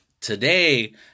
Today